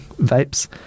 vapes